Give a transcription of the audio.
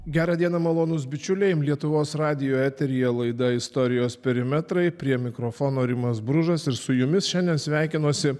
gerą dieną malonus bičiuliams lietuvos radijo eteryje laida istorijos perimetrai prie mikrofono rimas bružas ir su jumis šiandien sveikinuosi